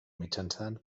mitjançant